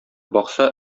бакса